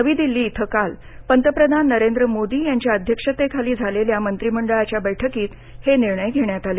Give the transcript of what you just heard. नवी दिल्ली इथं काल पंतप्रधान नरेंद्र मोदी यांच्या अध्यक्षतेखाली झालेल्या मंत्रीमंडळाच्या बैठकीत हे निर्णय घेण्यात आले